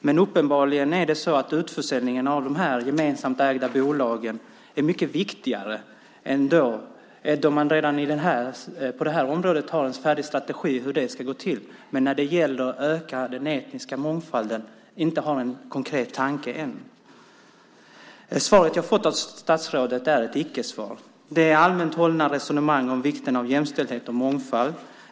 Men uppenbarligen är utförsäljningen av de gemensamt ägda bolagen mycket viktigare än att ha en färdig strategi för hur det ska gå till att öka den etniska mångfalden. Där finns inte en konkret tanke än. Svaret jag har fått av statsrådet är ett icke-svar. Det är allmänt hållna resonemang om vikten av jämställdhet och mångfald.